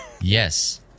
Yes